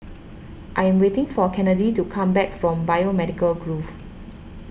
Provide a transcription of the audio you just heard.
I am waiting for Kennedy to come back from Biomedical Grove